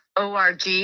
org